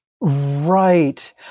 Right